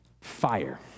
fire